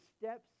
steps